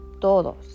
todos